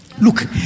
Look